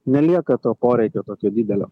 nelieka to poreikio tokio didelio